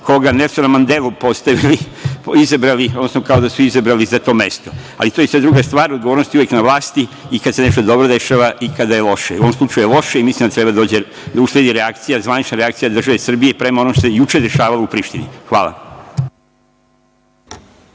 znam Nelsona Mendelu postavili, izabrali, odnosno kao da su izabrali za to mesto. To je sada druga stvar. Odgovornost je uvek na vlasti i kada se nešto dobro dešava i kada je loše. U ovom slučaju je loše i mislim da treba da usledi reakcija, zvanična reakcija države Srbije prema onome što se juče dešavalo u Prištini. Hvala.